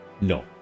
No